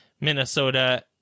Minnesota